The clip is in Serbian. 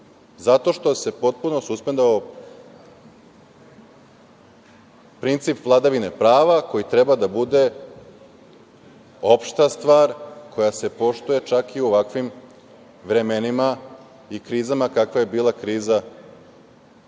zato što se potpuno suspendovao princip vladavine prava koji treba da bude opšta stvar koja se poštuje čak i u ovakvim vremenima i krizama kakva je bila kriza epidemije